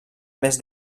més